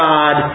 God